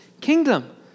kingdom